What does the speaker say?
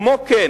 כמו כן